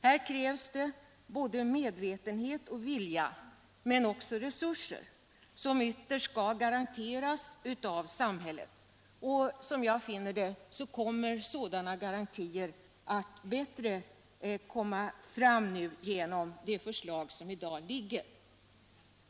Här krävs det både medvetenhet och vilja men också resurser, som ytterst skall garanteras av samhället. Som jag ser det skapas bättre sådana garantier genom det förslag som i dag föreligger.